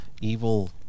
Evil